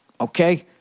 Okay